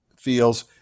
feels